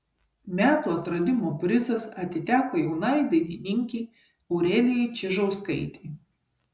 metų atradimo prizas atiteko jaunai dainininkei aurelijai čižauskaitei